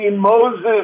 Moses